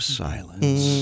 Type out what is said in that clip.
silence